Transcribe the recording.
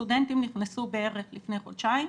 הסטודנטים נכנסו בערך לפני חודשיים.